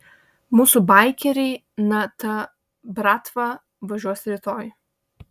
mūsų baikeriai na ta bratva važiuos rytoj